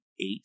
eight